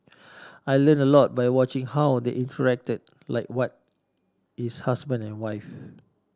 I learnt a lot by watching how they interacted like what is husband and wife